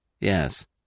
Yes